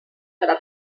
serà